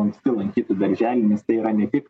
anksti lankytų darželį nes tai yra ne tik